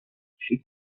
she